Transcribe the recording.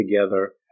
together